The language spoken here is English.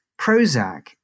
Prozac